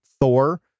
Thor